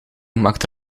maakt